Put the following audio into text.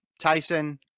Tyson